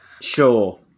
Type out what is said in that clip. sure